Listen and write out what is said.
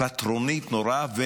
פטרונית נוראה.